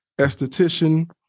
esthetician